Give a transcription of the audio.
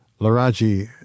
Laraji